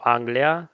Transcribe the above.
Anglia